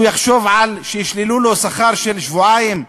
שהוא יחשוב שישללו לו שכר של שבועיים?